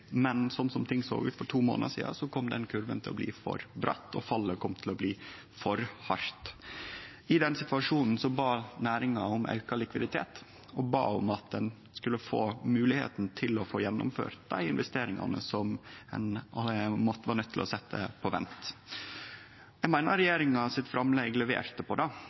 som ting såg ut for to månader sidan, kom den kurva til å bli for bratt, og fallet kom til å bli for hardt. I den situasjonen bad næringa om auka likviditet og om at ein skulle få moglegheit til å få gjennomført dei investeringane som ein var nøydd til å setje på vent. Eg meiner regjeringa sitt framlegg leverte på det.